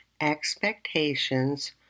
expectations